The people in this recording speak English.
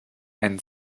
and